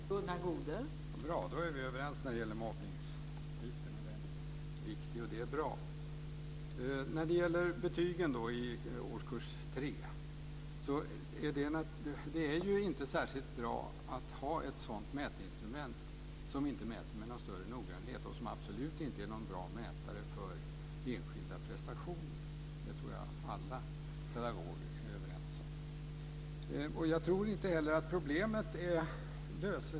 Fru talman! Bra, då är vi överens när det gäller mobbning. Det är viktigt, och det är bra. När det gäller betygen i årskurs 3 är det inte särskilt bra att ha ett sådant mätinstrument, som inte mäter med någon större noggrannhet och som absolut inte är någon bra mätare för enskilda prestationer. Det tror jag alla pedagoger är överens om. Jag tror inte heller att problemet löses.